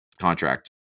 contract